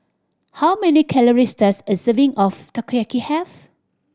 how many calories does a serving of Takoyaki have